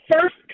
first